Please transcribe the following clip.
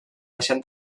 deixat